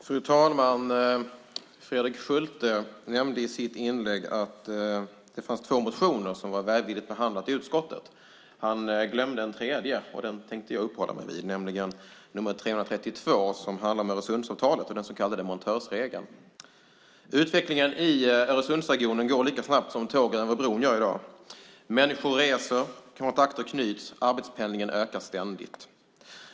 Fru talman! Fredrik Schulte nämnde i sitt inlägg att det fanns två motioner som var välvilligt behandlade i utskottet. Han glömde en tredje motion, som jag tänkte uppehålla mig vid, nämligen nr 332 som handlar om Öresundsavtalet och den så kallade montörsregeln. Utvecklingen i Öresundsregionen går lika snabbt som tågen över bron i dag. Människor reser, kontakter knyts och arbetspendlingen ökar ständigt.